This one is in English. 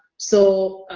so